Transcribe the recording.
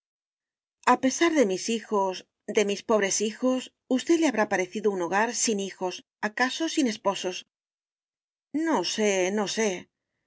pesar de mis hijos de mis pobres hijos usted le habrá parecido un hogar sin hijos acaso sin esposos no sé no sé